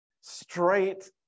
straight